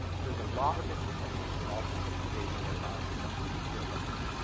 and there's a lot of different techniques involved in centrifugation that allows me to purify things.